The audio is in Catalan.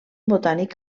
botànic